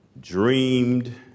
dreamed